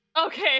Okay